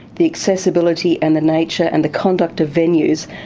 the accessibility and the nature and the conduct of venues,